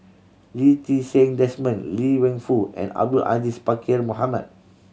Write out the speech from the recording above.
Lee Ti Seng Desmond Liang Wenfu and Abdul Aziz Pakkeer Mohamed